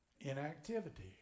Inactivity